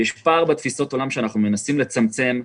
יש פער בתפיסות העולם אותן אנחנו מנסים לצמצמם,